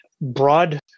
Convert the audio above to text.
broad